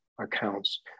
accounts